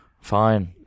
Fine